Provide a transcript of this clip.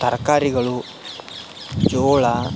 ತರಕಾರಿಗಳು ಜೋಳ